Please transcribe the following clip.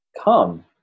come